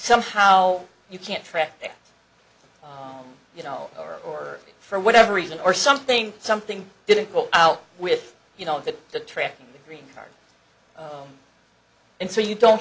somehow you can't track there you know or or for whatever reason or something something didn't go out with you know that the tracking the green card and so you don't